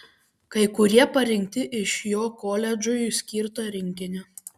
kai kurie parinkti iš jo koledžui skirto rinkinio